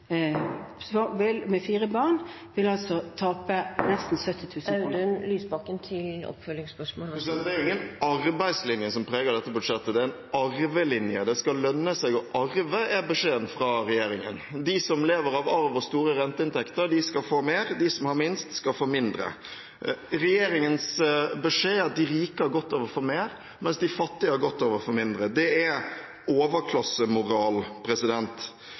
tape nesten 70 000 kr. Det er jo ikke en arbeidslinje som preger dette budsjettet – det er en arvelinje. Det skal lønne seg å arve, er beskjeden fra regjeringen. De som lever av arv og store renteinntekter, skal få mer, og de som har minst, skal få mindre. Regjeringens beskjed er at de rike har godt av å få mer, mens de fattige har godt av å få mindre. Det er overklassemoral.